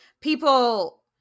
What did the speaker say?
people